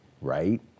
right